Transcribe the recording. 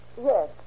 Yes